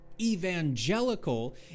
evangelical